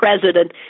president